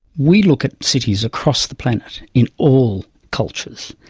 we look at cities across the planet in all cultures.